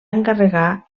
encarregar